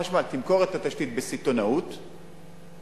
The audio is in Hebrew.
שחברת החשמל תמכור את התשתית בסיטונאות לחברות,